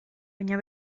baina